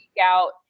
out